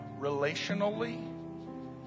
relationally